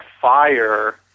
fire